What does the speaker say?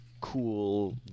cool